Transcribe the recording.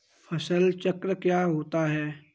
फसल चक्र क्या होता है?